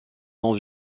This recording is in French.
son